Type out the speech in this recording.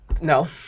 No